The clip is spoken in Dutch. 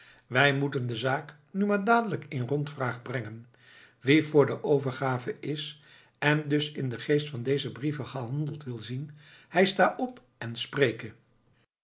wij moesten de zaak nu maar dadelijk in rondvraag brengen wie voor de overgave is en dus in den geest van deze brieven gehandeld wil zien hij sta op en spreke